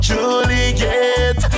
Juliet